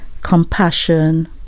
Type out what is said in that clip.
Compassion